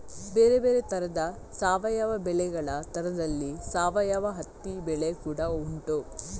ಬೇರೆ ಬೇರೆ ತರದ ಸಾವಯವ ಬೆಳೆಗಳ ತರದಲ್ಲಿ ಸಾವಯವ ಹತ್ತಿ ಬೆಳೆ ಕೂಡಾ ಉಂಟು